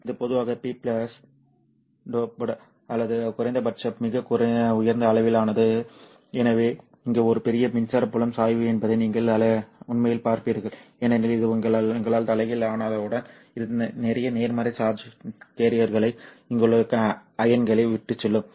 இது பொதுவாக p doped அல்லது குறைந்த பட்சம் மிக உயர்ந்த அளவிலானது எனவே இங்கே ஒரு பெரிய மின்சார புலம் சாய்வு என்பதை நீங்கள் உண்மையில் பார்ப்பீர்கள் ஏனெனில் இது எங்களால் தலைகீழானவுடன் இது நிறைய நேர்மறை சார்ஜ் கேரியர்களை இங்குள்ள அயனிகளை விட்டுச்செல்லும்